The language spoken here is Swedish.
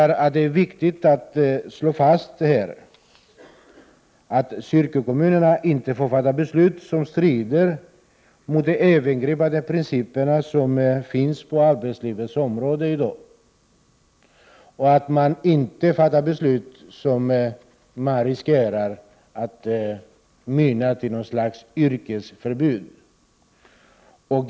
Det är viktigt att slå fast att kyrkokommunerna inte får fatta beslut som strider mot de övergripande principer som gäller på arbetslivets område i dag. Det är också viktigt att man inte fattar beslut, som riskerar att mynna ut i något slags yrkesförbud.